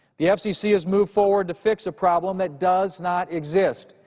the f c c. has moved forward to fix a problem that does not exist.